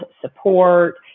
support